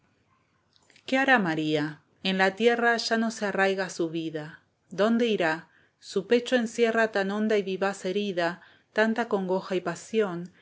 qué hará maría en la tierra ya no se arraiga su vida dónde irá su pecho encierra tan honda y vivaz herida tanta congoja y pasión